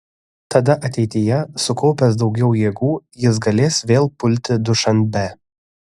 tada ateityje sukaupęs daugiau jėgų jis galės vėl pulti dušanbę